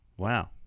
Wow